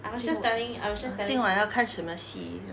今晚 err 今晚要看什么戏